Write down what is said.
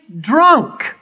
drunk